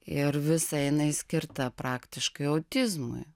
ir visa jinai skirta praktiškai autizmui